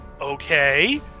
Okay